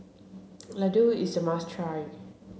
Laddu is a must try